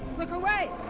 look away!